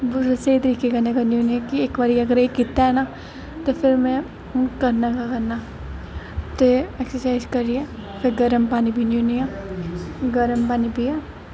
पूरे स्हेई तरीके कन्नै करनी होनी आं कि इक बारी अगर एह् कीता ना फिर में करना गै करना ते एक्सरसाइज करियै फिर गर्म पानी पीनी होनी आं फिर गर्म पानी पियो